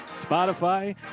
Spotify